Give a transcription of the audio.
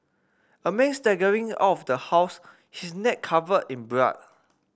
a man staggering out of the house she's neck covered in blood